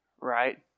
right